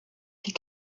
die